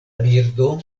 birdo